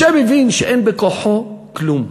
משה מבין שאין בכוחו כלום.